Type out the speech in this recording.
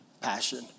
passion